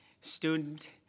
student